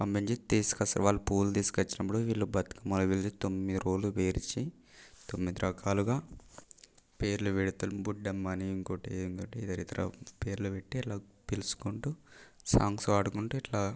పంపించి తీసుకొస్తారు వాళ్ళు పూలు తీసుకొచ్చినప్పుడు వీళ్ళు బతుకమ్మ వీళ్ళది తొమ్మిది రోజులు పేర్చి తొమ్మిది రకాలుగా పేర్లు పెడుతారు బుడ్డమ్మ అని ఇంకోటి ఇంకోటి ఇతరేతర పేర్లు పెట్టి ఇట్లా పిలుచుకుంటూ సాంగ్స్ పాడుకుంటూ ఇట్లా